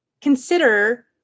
consider